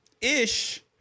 ish